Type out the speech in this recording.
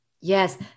Yes